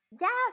Yes